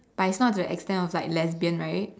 but it's not to the extend of like lesbian right